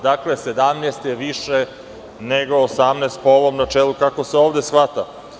Dakle, 17 je više nego 18, po ovom načelu kako se ovde shvata.